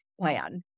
plan